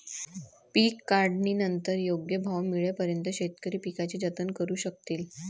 पीक काढणीनंतर योग्य भाव मिळेपर्यंत शेतकरी पिकाचे जतन करू शकतील